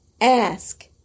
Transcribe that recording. Ask